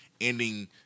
ending